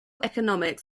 economics